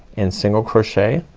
and single crochet,